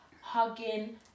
hugging